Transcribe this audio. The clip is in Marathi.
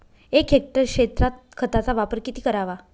एक हेक्टर क्षेत्रात खताचा वापर किती करावा?